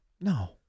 no